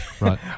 Right